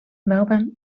melbourne